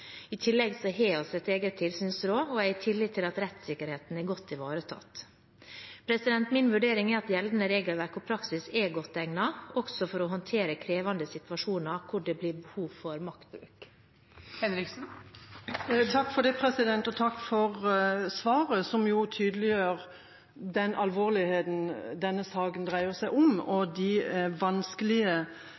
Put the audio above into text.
I tillegg har vi et eget tilsynsråd, og jeg har tillit til at rettssikkerheten er godt ivaretatt. Min vurdering er at gjeldende regelverk og praksis er godt egnet, også for å håndtere krevende situasjoner der det blir behov for maktbruk. Takk for svaret, som tydeliggjør den alvorligheten denne saken dreier seg om, og de vanskelige